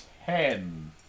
Ten